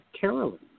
Carolyn